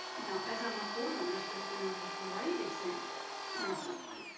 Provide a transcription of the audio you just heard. now, as i'm recording there's there's been a great example recently.